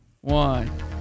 one